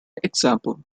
example